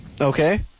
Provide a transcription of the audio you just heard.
Okay